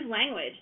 language